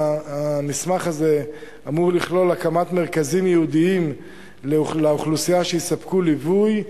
המסמך הזה אמור לכלול הקמת מרכזים ייעודיים לאוכלוסייה שיספקו ליווי,